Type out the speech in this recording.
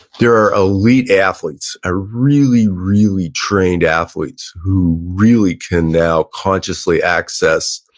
there are elite athletes, ah really, really trained athletes who really can now consciously access